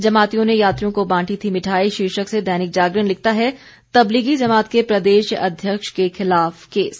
जमातियों ने यात्रियों को बांटी थी मिठाई शीर्षक से दैनिक जागरण लिखता है तबलीगी ज़मात के प्रदेश अध्यक्ष के ख़िलाफ केस